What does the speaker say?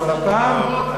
אבל הפעם,